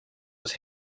was